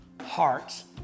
hearts